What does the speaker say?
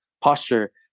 posture